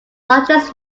largest